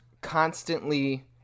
constantly